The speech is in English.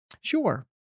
sure